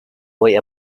why